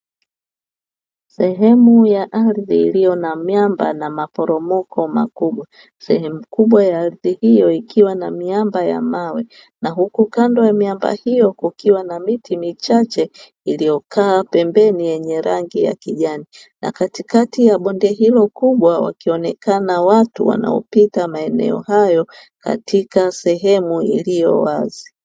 Sehemu ya ardhi iliyo na miamba na maporomoko makubwa, sehemu kubwa ya ardhi hiyo ikiwa na miamba ya mawe na huku kando ya miamba hiyo kukiwa na miti michache iliyokaa pembeni yenye rangi ya kijani, na katikati ya bonde hilo kubwa wakionekana watu wanaopita maeneo hayo katika sehemu iliyo wazi.